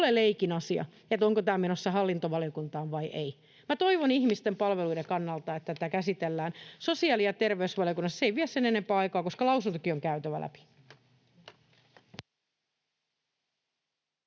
ei ole leikin asia, onko tämä menossa hallintovaliokuntaan vai ei. Minä toivon ihmisten palveluiden kannalta, että tätä käsitellään sosiaali- ja terveysvaliokunnassa. Se ei vie sen enempää aikaa, koska lausuntokin on käytävä läpi.